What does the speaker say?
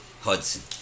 Hudson